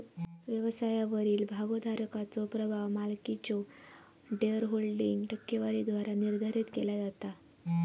व्यवसायावरील भागोधारकाचो प्रभाव मालकीच्यो शेअरहोल्डिंग टक्केवारीद्वारा निर्धारित केला जाता